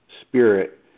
spirit